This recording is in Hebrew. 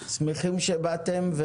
שמחים שבאתם,